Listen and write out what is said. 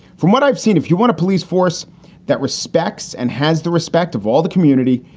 from what i've seen, if you want a police force that respects and has the respect of all the community,